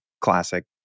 classic